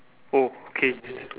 oh K